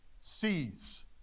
sees